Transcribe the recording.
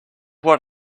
what